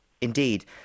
Indeed